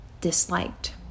disliked